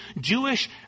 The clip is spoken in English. Jewish